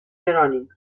jeroni